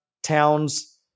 Towns